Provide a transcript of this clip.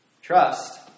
trust